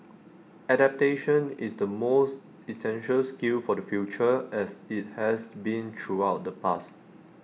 adaptation is the most essential skill for the future as IT has been throughout the past